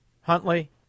Huntley